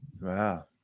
Wow